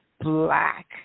black